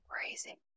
crazy